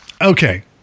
Okay